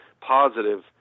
positive